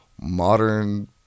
Modern